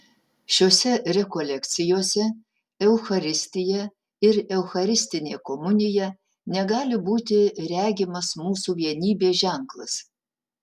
šiose rekolekcijose eucharistija ir eucharistinė komunija negali būti regimas mūsų vienybės ženklas